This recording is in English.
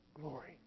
glory